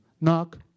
Knock